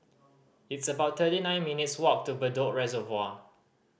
it's about thirty nine minutes' walk to Bedok Reservoir